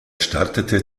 startete